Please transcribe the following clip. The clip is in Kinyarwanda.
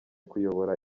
kuyobora